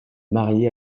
mariée